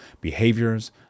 behaviors